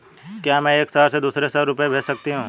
क्या मैं एक शहर से दूसरे शहर रुपये भेज सकती हूँ?